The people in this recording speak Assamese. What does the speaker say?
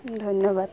ধন্যবাদ